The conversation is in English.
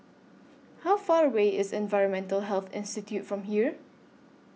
How Far away IS Environmental Health Institute from here